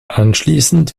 anschließend